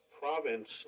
province